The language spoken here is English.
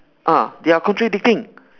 ah they are contradicting